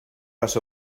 las